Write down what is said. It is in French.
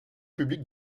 public